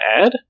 add